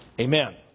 Amen